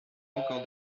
encore